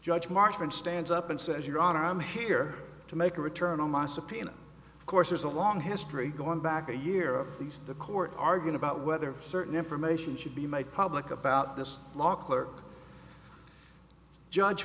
judge marshman stands up and says your honor i'm here to make a return on my subpoena of course there's a long history going back a year of these the court arguing about whether certain information should be made public about this law clerk judge